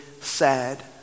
sad